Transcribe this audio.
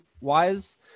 wise